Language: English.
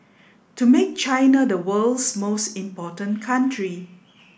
to make China the world's most important country